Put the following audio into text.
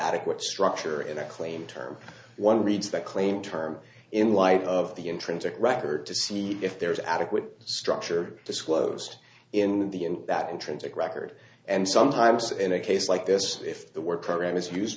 adequate structure in a claim term one reads that claim term in light of the intrinsic record to see if there is adequate structure disclosed in the end that intrinsic record and sometimes in a case like this if the word program is used